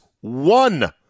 one